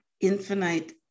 infinite